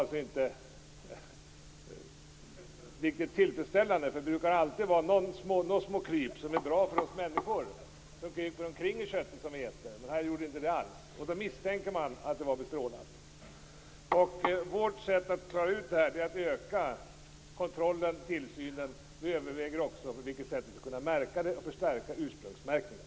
Det var inte riktigt tillfredsställande, eftersom det alltid brukar vara några små kryp i köttet som vi äter och som är bra för människor, men här fanns ingenting alls. Då misstänker man att kycklingköttet var bestrålat. Vårt sätt att klara ut detta är att öka kontrollen och tillsynen. Vi överväger också på vilket sätt man skall kunna förstärka ursprungsmärkningen.